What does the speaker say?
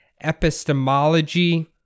epistemology